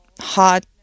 hot